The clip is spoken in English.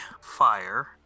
fire